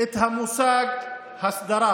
את המושג הסדרה.